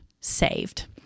saved